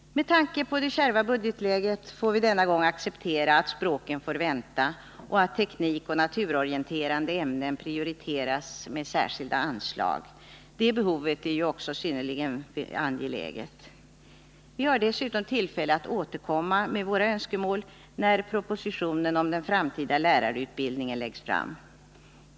Med tanke på det kärva budgetläget får vi denna gång acceptera att språken får vänta och att teknik och naturorienterande ämnen prioriteras med särskilda anslag. Det behovet är ju också synnerligen angeläget. Vi har dessutom tillfälle att återkomma med våra önskemål när propositionen om den framtida lärarutbildningen läggs fram.